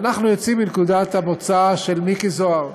אנחנו יוצאים מנקודת המוצא של מיקי זוהר,